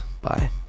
bye